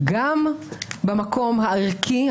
גם במקום הערכי,